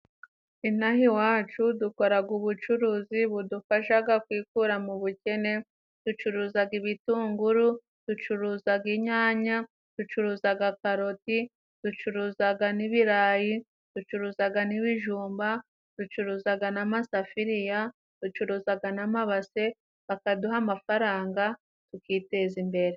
Inaha iwacu dukoraga ubucuruzi budufashaga kwikura mu bukene: ducuruzaga ibitunguru, ducuruzaga inyanya, ducuruzaga karoti ducuruzaga n'ibirayi, ducuruzaga n'ibijumba, ducuruzaga n'amasafiriya, ducuruzaga na mabase, bakaduha amafaranga tukiteza imbere.